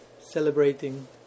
celebrating